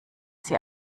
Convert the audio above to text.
sie